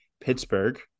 Pittsburgh